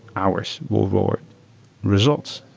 hours. reward results.